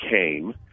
came